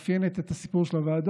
שמאפיינת את הסיפור של הוועדות.